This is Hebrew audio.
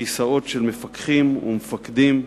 כיסאות של מפקחים ומפקדים,